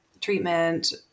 treatment